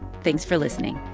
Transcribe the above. thanks for listening